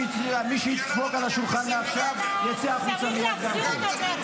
מי שידפוק על השולחן מעכשיו יצא החוצה מייד גם כן.